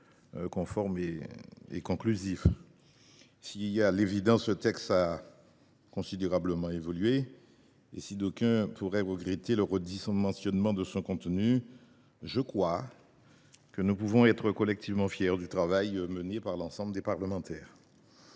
nationale. Si, à l’évidence, ce texte a considérablement évolué et si d’aucuns peuvent regretter le redimensionnement de son contenu, je pense néanmoins que nous pouvons être collectivement fiers du travail mené par l’ensemble des parlementaires.